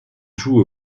joue